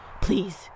Please